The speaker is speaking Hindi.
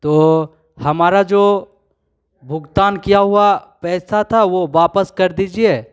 तो हमारा जो भुगतान किया हुआ पैसा था वो वापस कर दीजिए